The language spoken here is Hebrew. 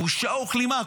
בושה וכלימה.